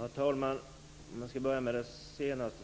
Herr talman! Om jag börjar med det